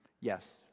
Yes